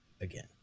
again